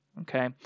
Okay